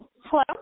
Hello